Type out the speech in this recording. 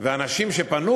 ואנשים שפנו